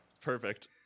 perfect